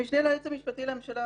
המשנה ליועץ המשפטי לממשלה,